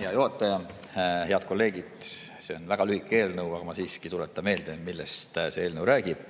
hea juhataja! Head kolleegid! See on väga lühike eelnõu, aga ma siiski tuletan meelde, millest see räägib.